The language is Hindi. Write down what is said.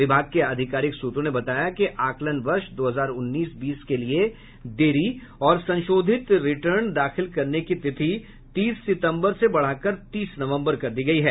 विभाग के आधिकारिक सूत्रों ने बताया कि आकलन वर्ष दो हजार उन्नीस बीस के लिए देरी और संशोधित रिटर्न दाखिल करने की तिथि तीस सितम्बर से बढ़ाकर तीस नवम्बर कर दी गयी है